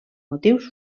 motius